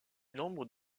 nombre